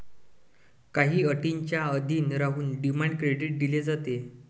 काही अटींच्या अधीन राहून डिमांड क्रेडिट दिले जाते